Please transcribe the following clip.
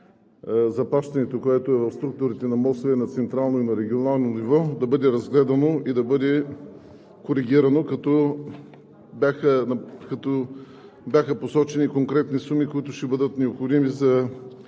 заплащането в структурите на МОСВ – на централно и на регионално ниво, да бъде разгледано и да бъде коригирано, като бяха посочени конкретни суми, които ще бъдат необходими за